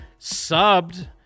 subbed